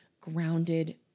grounded